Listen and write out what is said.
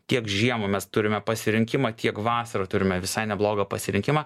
tiek žiemą mes turime pasirinkimą tiek vasarą turime visai neblogą pasirinkimą